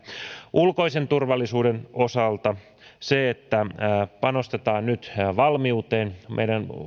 ulkoisen turvallisuuden osalta panostetaan nyt valmiuteen meidän